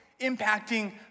impacting